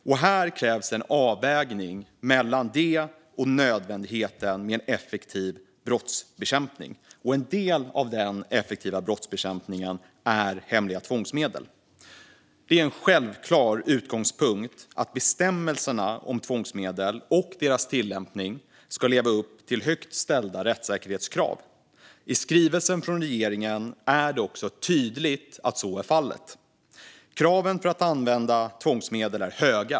Det krävs en avvägning mellan detta och nödvändigheten av en effektiv brottsbekämpning. En del av den effektiva brottsbekämpningen är hemliga tvångsmedel. Det är en självklar utgångspunkt att bestämmelserna om tvångsmedel och deras tillämpning ska leva upp till högt ställda rättssäkerhetskrav. I skrivelsen från regeringen är det också tydligt att så är fallet. Kraven för att använda tvångsmedel är höga.